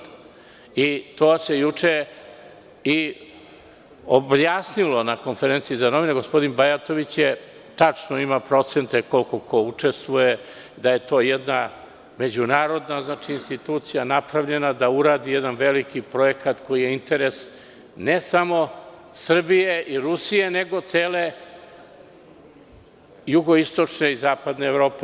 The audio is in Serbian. To se juče i objasnilo na konferenciji za novinare, gospodin Bajatović je rekao, tačno imaju procente, koliko ko učestvuje, da je to jedna međunarodna institucija napravljena da uradi jedan veliki projekat koji je interes ne samo Srbije i Rusije, nego cele jugoistočne i zapadne Evrope.